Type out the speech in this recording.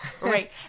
right